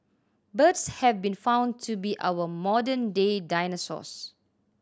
birds have been found to be our modern day dinosaurs